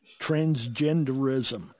transgenderism